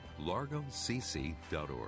largocc.org